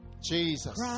Jesus